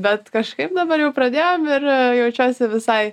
bet kažkaip dabar jau pradėjom ir jaučiuosi visai